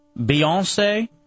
Beyonce